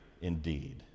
indeed